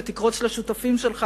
ותקרוץ לשותפים שלך,